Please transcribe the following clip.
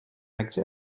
accès